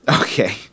okay